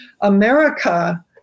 America